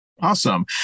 Awesome